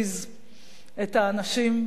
את האנשים מתפקידם,